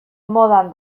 modan